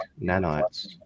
nanites